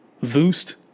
Voost